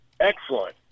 Excellent